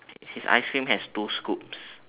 his ice cream has two scoops